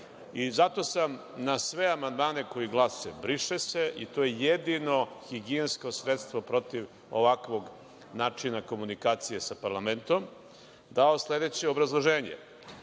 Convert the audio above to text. način. Zato sam na sve amandmane koji glase „briše se“, i to je jedino higijenskoj sredstvo protiv ovakvog načina komunikacije sa parlamentom, dao sledeće obrazloženje.